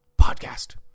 Podcast